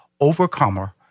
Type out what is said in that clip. Overcomer